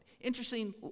Interesting